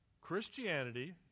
Christianity